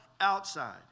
outside